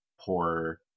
poor